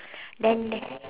then there